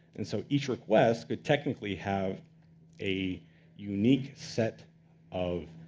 and so each request could technically have a unique set of